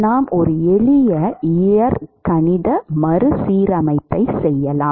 நாம் ஒரு எளிய இயற்கணித மறுசீரமைப்பைச் செய்யலாம்